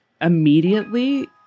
immediately